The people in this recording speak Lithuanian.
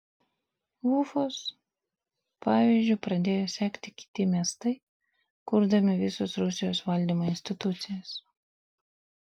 ufos pavyzdžiu pradėjo sekti kiti miestai kurdami visos rusijos valdymo institucijas